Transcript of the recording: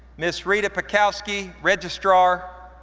miss rita bukowski, registrar.